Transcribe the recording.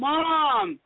Mom